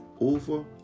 over